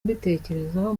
mbitekerezaho